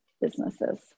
businesses